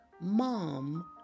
Mom